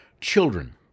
children